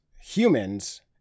humans